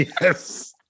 Yes